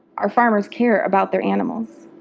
our farmers care about their animals.